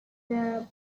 the